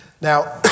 Now